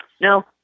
No